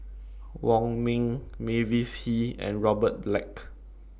Wong Ming Mavis Hee and Robert Black